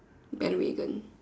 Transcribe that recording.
bandwagon